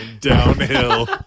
downhill